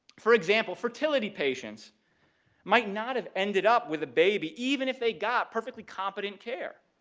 for example, fertility patients might not have ended up with a baby even if they got perfectly competent care,